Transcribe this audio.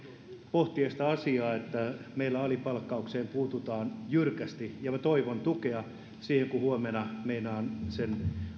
pohtia sitä asiaa että meillä alipalkkaukseen puututaan jyrkästi ja minä toivon tukea siihen kun huomenna meinaan sen